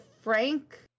Frank